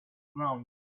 ground